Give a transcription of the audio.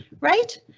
right